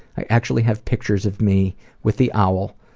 i actually have pictures of me with the owl,